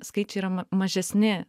skaičiai yra ma mažesni